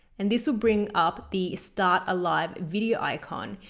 and this will bring up the start a live video icon.